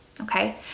Okay